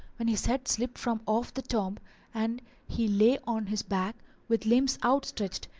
when his head slipped from off the tomb and he lay on his back, with limbs outstretched,